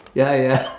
ya ya